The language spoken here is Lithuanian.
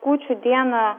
kūčių dieną